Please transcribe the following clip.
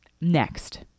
Next